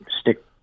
stick